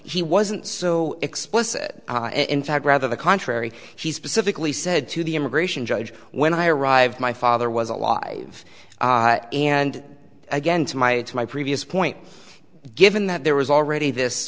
he wasn't so explicit in fact rather the contrary he specifically said to the immigration judge when i arrived my father was alive and again to my to my previous point given that there was already this